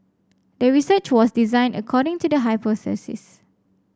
the research was designed according to the hypothesis